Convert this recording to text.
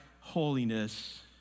holiness